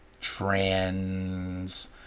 trans